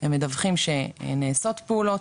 הם מדווחים שנעשות פעולות,